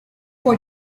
what